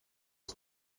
het